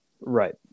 Right